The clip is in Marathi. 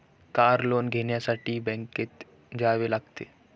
कार लोन घेण्यासाठी बँकेत जावे लागते